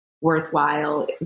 worthwhile